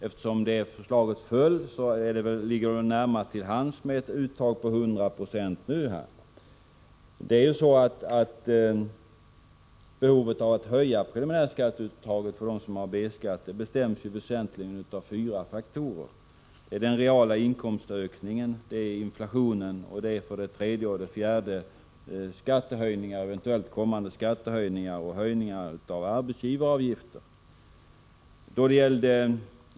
Eftersom detta förslag föll, ligger det väl nu närmast till hands med ett uttag på 100 96. Behovet att höja preliminärskatteuttaget för dem som har B-skatt bestäms i huvudsak av fyra faktorer: den reala inkomstökningen, inflationen, skattehöjningar och eventuellt kommande skattehöjningar samt höjningar av arbetsgivaravgifter.